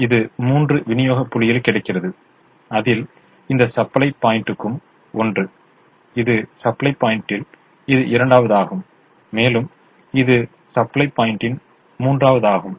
இது மூன்று விநியோக புள்ளிகளில் கிடைக்கிறது அதில் இந்த சப்ளை பாயிண்டும் ஒன்று இது சப்ளை பாயிண்டில் இது இரண்டாவதாகும் மேலும் இது சப்ளை பாயிண்டின் மூன் வதாகும்